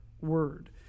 word